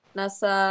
nasa